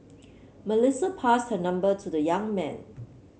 Melissa passed her number to the young man